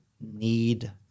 need